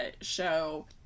show